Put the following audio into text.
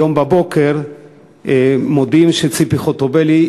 היום בבוקר מודיעים שציפי חוטובלי,